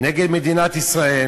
נגד מדינת ישראל,